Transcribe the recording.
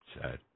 Sad